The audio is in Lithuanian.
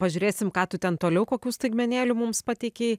pažiūrėsim ką tu ten toliau kokių staigmenėlių mums pateikei